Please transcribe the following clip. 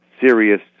serious